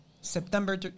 September